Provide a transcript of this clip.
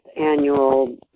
annual